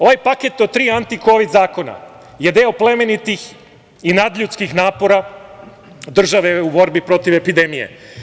Ovaj paket od tri antikovid zakona je deo plemenitih i nadljuskih napora države u borbi protiv epidemije.